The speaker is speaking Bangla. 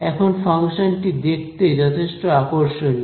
এখন ফাংশনটি দেখতে যথেষ্ট আকর্ষণীয়